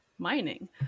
mining